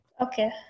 okay